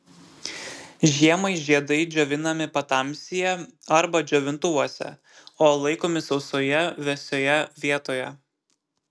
žiemai žiedai džiovinami patamsyje arba džiovintuvuose o laikomi sausoje vėsioje vietoje